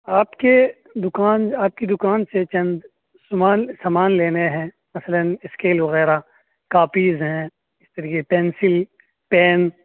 آپ کے دکان آپ کی دکان سے چند سامان سامان لینے ہیں مثلاً اسکیل وغیرہ کاپیز ہیں اس طریقے کے پینسل پین